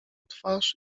twarz